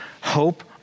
hope